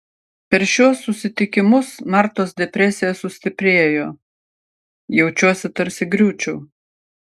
per šiuos susitikimus martos depresija sustiprėjo jaučiuosi tarsi griūčiau